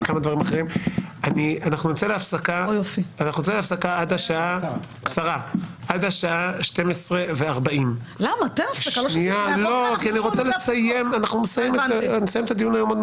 נצא להפסקה קצרה עד השעה 12:40. אנחנו נסיים את הדיון היום.